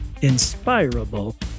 inspirable